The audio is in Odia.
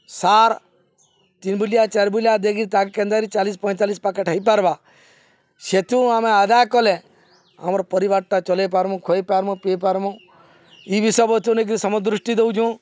ସାର୍ ତିନ୍ ବେଲିଆ ଚାର୍ ବେଲିଆ ଦେଇକି ତାହାକେ କେନ୍ତା କରି ଚାଲିଶ୍ ପଇଁଚାଲିଶ୍ ପାକେଟ୍ ହେଇପାର୍ବା ସେଥିୁ ଆମେ ଆଦାୟ କଲେ ଆମର୍ ପରିବାର୍ଟା ଚଲେଇ ପାର୍ମୁ ଖୁଏଇ ପାର୍ମୁ ପିଏଇ ପାର୍ମୁ ଇ ବିଷୟ ବସ୍ତୁ ନେଇକରି ସମଦୃଷ୍ଟି ଦଉଚୁଁ